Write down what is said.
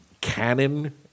Canon